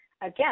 again